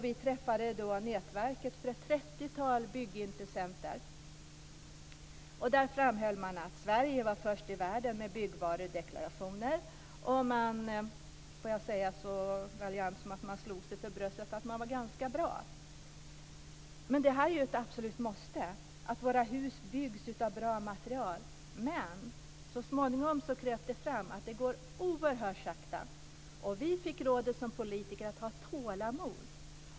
Vi träffade då nätverket för ett trettiotal byggintressenter. Där framhöll man att Sverige var först i världen med byggvarudeklarationer. Man slog sig för bröstet, om jag får säga det så raljant, och tyckte att man var ganska bra. Det är ju ett absolut måste att våra hus byggs av bra material. Men så småningom kröp det fram att det går oerhört sakta. Vi fick rådet som politiker att ha tålamod.